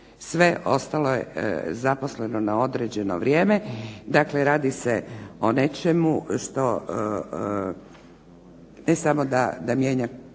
Sve ostalo je zaposleno na određeno vrijeme. Dakle, radi se o nečemu što ne samo da mijenja